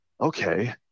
Okay